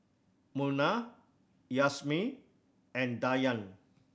Munah Yasmin and Dayang